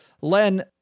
Len